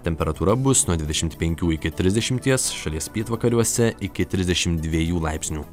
temperatūra bus nuo dvidešimt penkių iki trisdešimties šalies pietvakariuose iki trisdešimt dviejų laipsnių